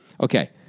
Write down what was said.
Okay